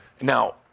Now